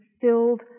filled